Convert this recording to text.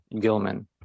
Gilman